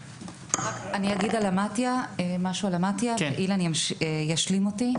אני אגיד משהו על המתי"א, אילן ישלים אותי.